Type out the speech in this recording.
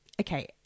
okay